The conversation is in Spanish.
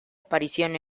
aparición